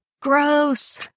Gross